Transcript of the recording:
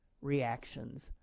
reactions